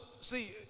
see